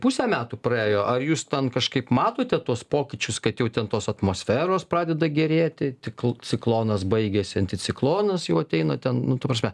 pusė metų praėjo ar jūs ten kažkaip matote tuos pokyčius kad jau ten tos atmosferos pradeda gerėti tik ciklonas baigėsi anticiklonas jau ateina ten nu ta prasme